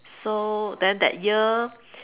so then that year